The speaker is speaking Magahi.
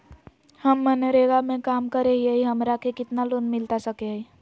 हमे मनरेगा में काम करे हियई, हमरा के कितना लोन मिलता सके हई?